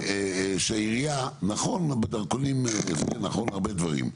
שעירייה נכון בדרכונים זה ונכון הרבה דברים,